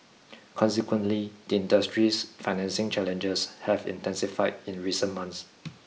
consequently the industry's financing challenges have intensified in recent months